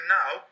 now